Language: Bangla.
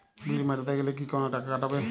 বিল মেটাতে গেলে কি কোনো টাকা কাটাবে?